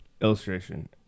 Illustration